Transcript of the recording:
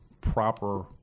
proper